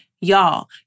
Y'all